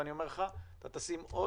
ואני אומר לך: אתה תשים עוד,